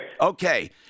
Okay